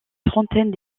trentaine